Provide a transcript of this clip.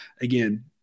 again